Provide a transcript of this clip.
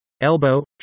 elbow